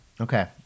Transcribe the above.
Okay